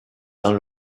dans